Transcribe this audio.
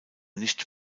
nicht